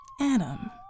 Adam